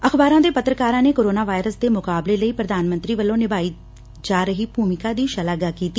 ਅਖ਼ਬਾਰਾਂ ਦੇ ਪੱਤਰਕਾਰਾਂ ਨੇ ਕੋਰੋਨਾ ਵਾਇਰਸ ਦੇ ਮੁਕਾਬਲੇ ਲਈ ਪ੍ਧਾਨ ਮੰਤਰੀ ਵੱਲੋਂ ਨਿਭਾਈ ਜਾ ਰਹੀ ਭੁਮਿਕਾ ਦੀ ਸ਼ਲਾਘਾ ਕੀਤੀ